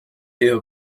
eher